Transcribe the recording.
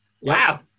Wow